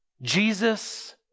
Jesus